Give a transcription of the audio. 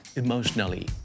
emotionally